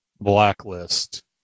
blacklist